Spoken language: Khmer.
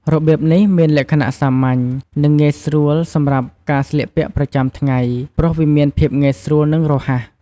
របៀបនេះមានលក្ខណៈសាមញ្ញ និងងាយស្រួលសម្រាប់ការស្លៀកពាក់ប្រចាំថ្ងៃ ព្រោះវាមានភាពងាយស្រួល និងរហ័ស។